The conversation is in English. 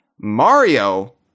Mario